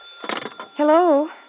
Hello